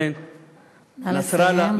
נא לסיים.